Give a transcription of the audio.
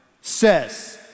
says